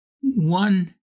one